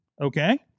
Okay